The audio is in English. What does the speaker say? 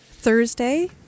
Thursday